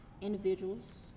individuals